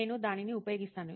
నేను దానిని ఉపయోగిస్తాను